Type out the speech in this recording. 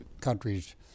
countries